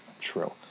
True